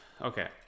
Okay